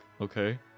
Okay